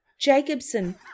Jacobson